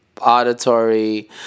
auditory